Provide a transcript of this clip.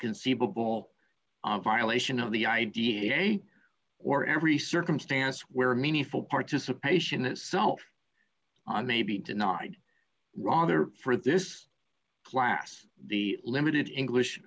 conceivable violation of the idea or every circumstance where meaningful participation assault on may be denied rather for this class the limited english